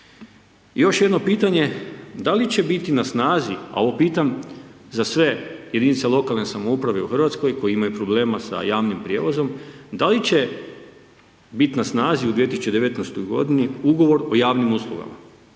I još jedno pitanje, da li će biti na snazi, a ovo pitam za sve jedinice lokalne samouprave u Hrvatskoj koji imaju problema sa javnim prijevozom, da li će biti na snazi u 2019. godini Ugovor o javnim uslugama